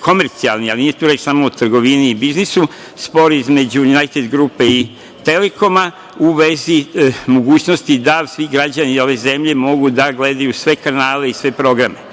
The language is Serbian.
komercijalni, ali nije tu reč samo u trgovini i biznisu, spor između „Junajted grupe“ i „Telekoma“ u vezi mogućnosti da svi građani ove zemlje mogu da gledaju sve kanale i sve programe?